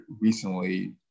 recently